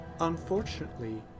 unfortunately